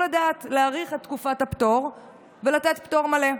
הדעת להאריך את תקופת הפטור ולתת פטור מלא.